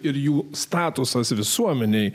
ir jų statusas visuomenėje